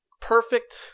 perfect